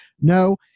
no